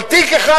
אבל תיק אחד,